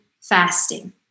fasting